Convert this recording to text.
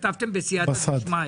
כתבתם בסיעתא דשמיא.